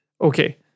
okay